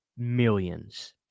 millions